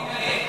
אני מתנגד.